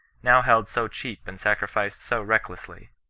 now held so cheap and sacrificed so recklessly.